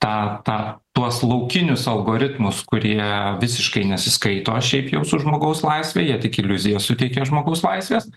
tą tą tuos laukinius algoritmus kurie visiškai nesiskaito šiaip jau su žmogaus laisve jie tik iliuziją suteikia žmogaus laisvės